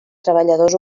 treballadors